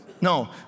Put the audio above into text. No